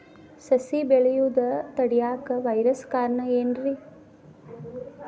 ಸಸಿ ಬೆಳೆಯುದ ತಡಿಯಾಕ ವೈರಸ್ ಕಾರಣ ಏನ್ರಿ?